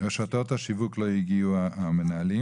אחד מרשתות השיווק לא באו מנהלים.